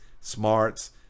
smarts